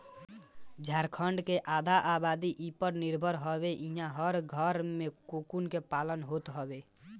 झारखण्ड के आधा आबादी इ पर निर्भर हवे इहां हर घरे में कोकून के पालन होत हवे